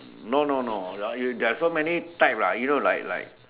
no no no there you there are so many type lah you know like like